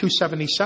277